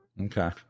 Okay